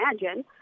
imagine